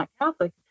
Catholic